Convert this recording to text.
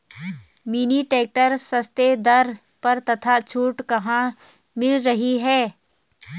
Mini tractor सस्ते दर पर तथा छूट कहाँ मिल रही है?